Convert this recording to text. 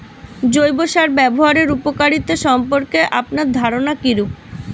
জৈব সার ব্যাবহারের উপকারিতা সম্পর্কে আপনার ধারনা কীরূপ?